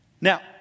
Now